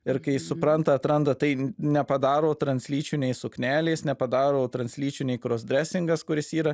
ir kai supranta atranda tai nepadaro translyčiu nei suknelės nepadaro translyčiu nei krosdresingas kuris yra